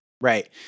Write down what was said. Right